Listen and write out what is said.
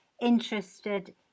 interested